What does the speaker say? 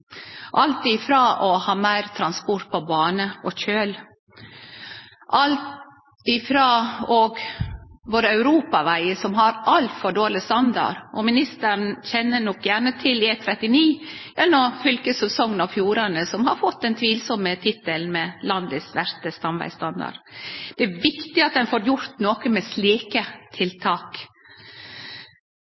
alt frå å ha meir transport på bane og kjøl til våre europavegar, som har altfor dårleg standard. Ministeren kjenner nok gjerne til E39 gjennom fylket Sogn og Fjordane, som har fått den tvilsamme tittelen: Landets verste stamvegstandard. Det er viktig at ein får gjort noko med slike tiltak.